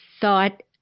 thought